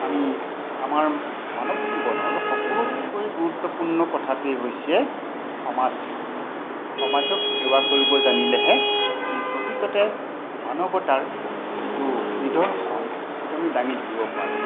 আমি আমাৰ মানৱ জীৱনৰ সকলোতকৈ গুৰুত্বপূৰ্ণ কথাটোৱে হৈছে সমাজ সেৱা সমাজক সেৱা কৰিব জানিলেহে আমি প্ৰকৃততে মানৱতাৰ যিটো নিদৰ্শণ সেইটো আমি দাঙি ধৰিব পাৰোঁ